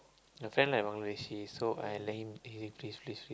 my friend like Bangladeshi so I let him he say please please please